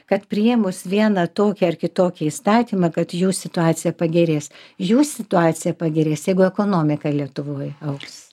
kad priėmus vieną tokį ar kitokį įstatymą kad jų situacija pagerės jų situacija pagerės jeigu ekonomika lietuvoj augs